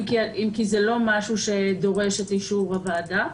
אם כי זה לא משהו שדורש את אישור הוועדה.